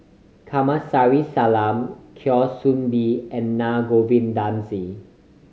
Kamsari Salam Kwa Soon Bee and Naa Govindasamy